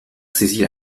saisit